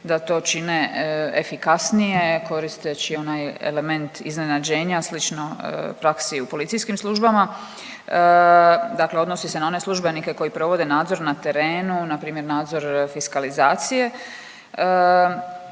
da to čine efikasnije koristeći onaj element iznenađenja, slično praksi u policijskim službama, dakle odnosi se na one službenike koji provode nadzor na terenu npr. Nadzor fiskalizacije.